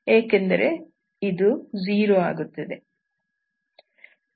ಏಕೆಂದರೆ ಇದು 0 ಆಗುತ್ತದೆ